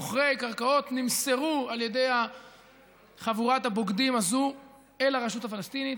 מוכרי קרקעות נמסרו על ידי חבורת הבוגדים הזאת אל הרשות הפלסטינית,